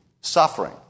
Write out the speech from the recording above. suffering